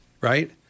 right